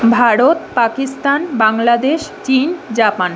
ভারত পাকিস্তান বাংলাদেশ চিন জাপান